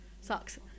sucks